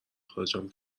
اخراجم